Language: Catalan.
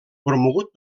promogut